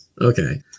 Okay